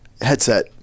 headset